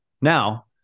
Now